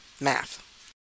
math